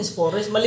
forest